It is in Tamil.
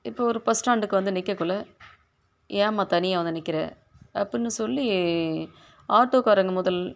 இப்போ ஒரு பஸ் ஸ்டாண்டுக்கு வந்து நிற்கக்குள்ள ஏம்மா தனியாக வந்து நிற்கிற அப்படினு சொல்லி ஆட்டோக்காரங்க முதல்